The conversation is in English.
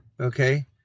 Okay